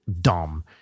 dumb